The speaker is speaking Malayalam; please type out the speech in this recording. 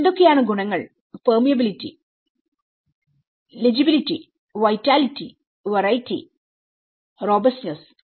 എന്തൊക്കെയാണ് ഗുണങ്ങൾപെർമിയബിലിറ്റി ലെജിബിലിറ്റി വൈറ്റാലിറ്റി വറൈറ്റിറോബസ്റ്റ്നെസ്